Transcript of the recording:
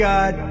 God